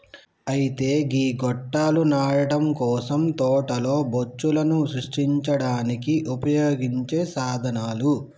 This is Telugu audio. అయితే గీ గొట్టాలు నాటడం కోసం తోటలో బొచ్చులను సృష్టించడానికి ఉపయోగించే సాధనాలు